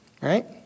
Right